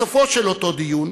בסופו של אותו דיון